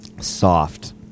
Soft